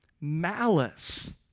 malice